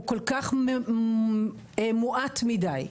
הוא כל כך מועט מידי.